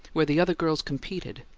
where the other girls competed,